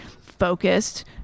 focused